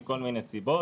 מכול מיני סיבות